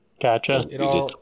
Gotcha